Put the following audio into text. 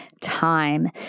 time